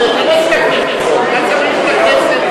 את הכנסת,